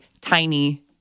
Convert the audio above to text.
tiny